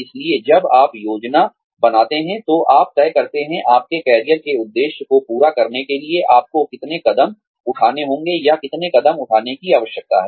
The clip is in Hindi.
इसलिए जब आप योजना बनाते हैं तो आप तय करते हैं आपके कैरियर के उद्देश्य को पूरा करने के लिए आपको कितने कदम उठाने होंगे या कितने कदम उठाने की आवश्यकता है